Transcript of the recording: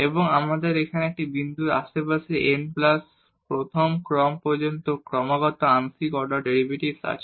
এবং আমাদের এখানে একটি বিন্দুর কিছু আশেপাশে n প্লাস 1 ম ক্রম পর্যন্ত ক্রমাগত আংশিক অর্ডার ডেরিভেটিভ আছে